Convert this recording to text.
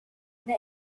the